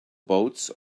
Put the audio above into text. boats